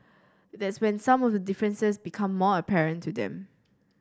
that's when some of the differences become more apparent to them